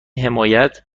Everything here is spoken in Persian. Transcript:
حمایت